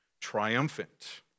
triumphant